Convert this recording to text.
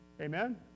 Amen